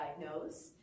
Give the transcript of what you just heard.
diagnose